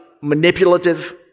manipulative